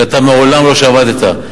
שאתה מעולם לא שבתת,